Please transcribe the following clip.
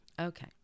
Okay